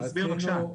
תסביר בבקשה.